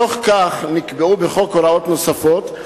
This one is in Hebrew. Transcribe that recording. בתוך כך נקבעו בחוק הוראות נוספות,